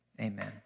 amen